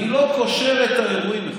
קשר בין הדברים.